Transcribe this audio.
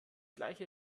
gleiche